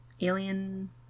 alien